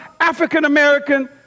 African-American